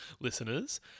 listeners